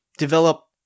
Develop